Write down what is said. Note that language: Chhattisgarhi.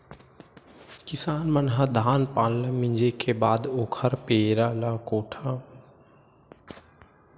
किसान मन ह धान पान ल मिंजे के बाद ओखर पेरा ल कोठार म या बाड़ी बखरी म लाके गांज देय रहिथे जेन ह गाय गरूवा मन के काम आथे